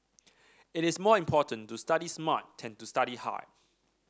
it is more important to study smart than to study hard